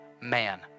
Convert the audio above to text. man